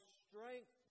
strength